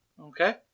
Okay